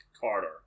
Carter